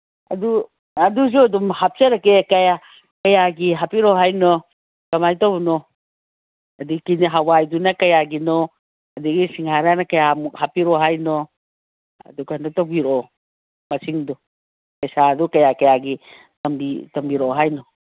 ꯑꯗꯨ ꯑꯗꯨꯁꯨ ꯑꯗꯨꯝ ꯍꯥꯞꯆꯔꯛꯀꯦ ꯀꯌꯥ ꯀꯌꯥꯒꯤ ꯍꯥꯞꯄꯤꯔꯛꯑꯣ ꯍꯥꯏꯅꯣ ꯀꯃꯥꯏꯅ ꯇꯧꯕꯅꯣ ꯑꯗꯒꯤ ꯍꯋꯥꯏꯗꯨꯅ ꯀꯌꯥꯒꯤꯅꯣ ꯑꯗꯒꯤ ꯁꯤꯡꯍꯥꯔꯅ ꯀꯌꯥꯃꯨꯛ ꯍꯥꯞꯄꯤꯔꯛꯑꯣ ꯍꯥꯏꯅꯣ ꯑꯗꯨ ꯀꯩꯅꯣ ꯇꯧꯕꯤꯔꯛꯑꯣ ꯃꯁꯤꯡꯗꯣ ꯄꯩꯁꯥꯗꯨ ꯀꯌꯥ ꯀꯌꯥꯒꯤ ꯇꯝꯕꯤꯔꯛꯑꯣ ꯍꯥꯏꯅꯣ